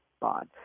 bond